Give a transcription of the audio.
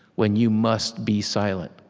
when you must be silent.